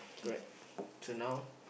correct so now